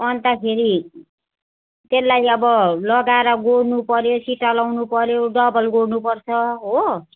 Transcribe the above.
अन्तखेरि त्यसलाई अब लगाएर गोड्नु पऱ्यो सिटा लाउनु पऱ्यो डबल गोड्नु पर्छ हो